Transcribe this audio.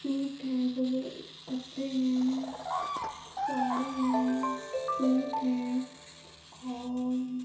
suit हैं वग़ै कपड़े हैं साड़ी हैं सूट हैं और